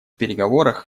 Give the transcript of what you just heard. переговорах